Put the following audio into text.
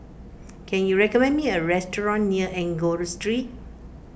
can you recommend me a restaurant near Enggor Street